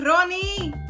Ronnie